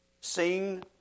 Sing